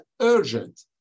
urgent